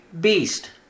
beast